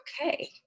okay